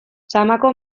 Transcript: samako